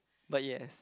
but yes